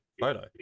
photo